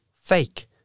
fake